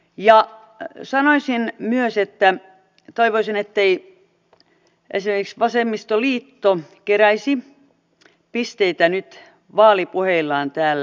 ja saahan siinä myös että nyt toivoisin ettei esimerkiksi vasemmistoliitto keräisi pisteitä nyt vaalipuheillaan täällä